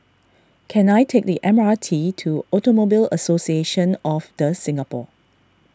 can I take the M R T to Automobile Association of the Singapore